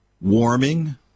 warming